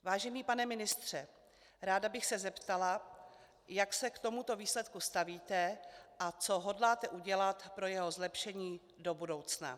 Vážený pane ministře, ráda bych se zeptala, jak se k tomuto výsledku stavíte a co hodláte udělat pro jeho zlepšení do budoucna.